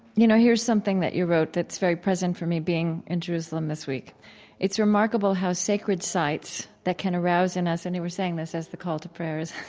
you know, here's something that you wrote that's very present for me being in jerusalem this week it's remarkable how sacred sites that can arouse in us and we're saying this as the call to prayer is